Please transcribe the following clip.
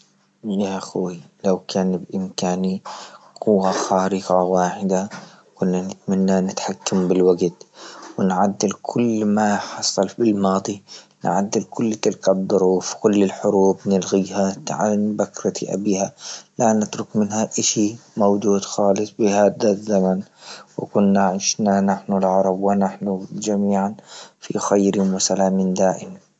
يا اخوي و كان بإمكاني قوة خارقة واحدة واحدة كنا نتمنى نتحكم بالوقت ونعدل كل ما حصل في الماضي نعدل كل تلك الظروف كل الحروب نلغيها عن بكرة أبيها، لا نترك منها إشي موجود خالص بهذا الزمن، وكنا عشنا نحن العرب ونحن جميعا في خير وسلام دائم.